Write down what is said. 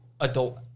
adult